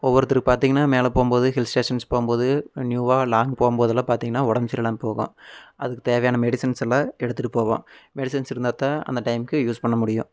ஒவ்வொருத்தருக்கு பார்த்தீங்கன்னா மேலே போகும்போது ஹில் ஸ்டேஷன்ஸ் போகும்போது நியூவாக லாங் போகும்போதெல்லாம் பார்த்தீங்கன்னா உடம்பு சரியில்லாமல் போகும் அதுக்கு தேவையான மெடிசன்ஸ் எல்லாம் எடுத்துகிட்டு போவோம் மெடிசன்ஸ் இருந்தால் தான் அந்த டைம்க்கு யூஸ் பண்ண முடியும்